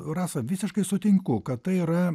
rasa visiškai sutinku kad tai yra